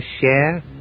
share